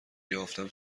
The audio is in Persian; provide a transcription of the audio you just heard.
یافتیم